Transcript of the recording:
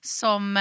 som